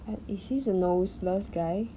but is he the noseless guy